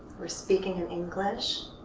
we're speaking in english.